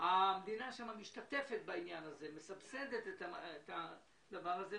המדינה שם משתתפת בעניין הזה, מסבסדת את הדבר הזה.